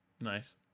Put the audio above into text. Nice